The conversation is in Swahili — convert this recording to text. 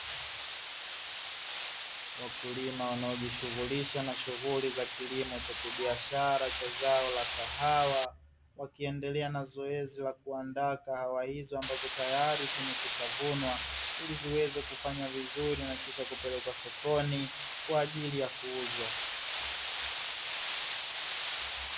Wakulima wanaojishughulisha na shughuli za kilimo cha kibiashara cha zao la kahawa, wakiendelea na zoezi la kuandaa kahawa hizo ambazo tayari zimekwishavunwa, ili ziweze kufanya vizuri na kisha kupelekwa sokoni kwa ajili ya kuuzwa.